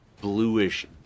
bluish